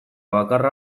bakarra